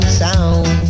sound